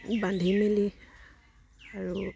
বান্ধি মেলি আৰু